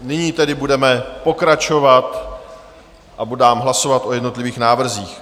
Nyní tedy budeme pokračovat a dám hlasovat o jednotlivých návrzích.